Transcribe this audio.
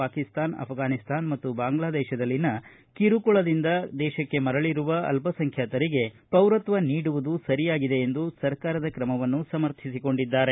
ಪಾಕಿಸ್ತಾನ ಅಘಘಾನಿಸ್ತಾನ ಮತ್ತು ಬಾಂಗ್ಲಾದೇಶದಲ್ಲಿನ ಧಾರ್ಮಿಕ ಕಿರುಕುಳದಿಂದ ದೇಶಕ್ಕೆ ಮರಳರುವ ಅಲ್ಲಸಂಖ್ಯಾತರಿಗೆ ಪೌರತ್ವ ನೀಡುವುದು ಸರಿಯಾಗಿದೆ ಎಂದು ಸರ್ಕಾರದ ತ್ರಮವನ್ನು ಸಮರ್ಥಿಸಿಕೊಂಡಿದ್ದಾರೆ